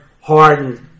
hardened